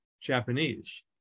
Japanese